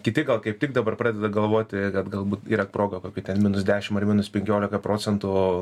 kiti gal kaip tik dabar pradeda galvoti kad galbūt yra proga kokių ten minus dešimt ar minus penkiolika procentų